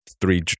three